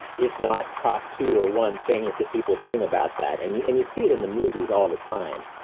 if not top two or one things that people dream about that. and you and you see it in the movies all the time.